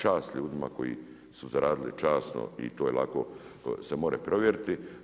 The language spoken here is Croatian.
Čast ljudima koji su zaradili časno i to je lako se more provjeriti.